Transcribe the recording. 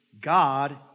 God